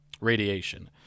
radiation